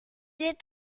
est